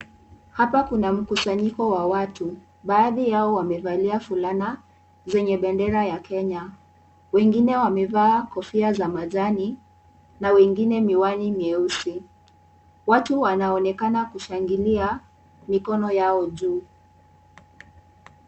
Hapa kuna mkusanyiko wa watu. Baadhi yao wamevalia fulana zenye bendera ya Kenya. Wengine wamevaa kofia za majani na wengine miwani mieusi. Watu wanaonekana kushangilia mikono yao juu.